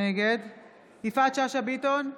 נגד יפעת שאשא ביטון,